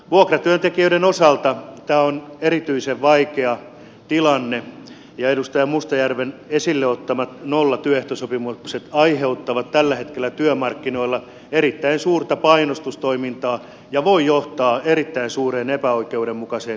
vuokratyöntekijöiden osalta tämä on erityisen vaikea tilanne ja edustaja mustajärven esille ottamat nollatyöehtosopimukset aiheuttavat tällä hetkellä työmarkkinoilla erittäin suurta painostustoimintaa ja voivat johtaa erittäin epäoikeudenmukaiseen kohteluun